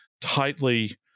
tightly